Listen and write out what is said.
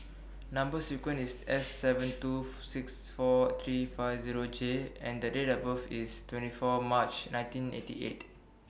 Number sequence IS S seven two six four three five Zero J and The Date of birth IS twenty four March nineteen eighty eight